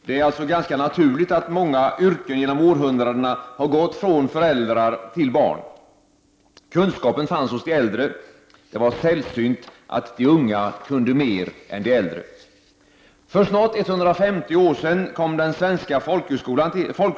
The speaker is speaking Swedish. Det är alltså ganska naturligt att många yrken genom århundradena har gått från föräldrar till barn. Kunskapen fanns hos de äldre. Det var sällsynt att de unga kunde mer än de äldre. För snart 150 år sedan kom den svenska folkskolan till.